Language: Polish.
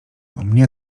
mnie